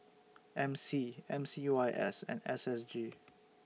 M C M C Y S and S S G